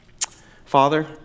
Father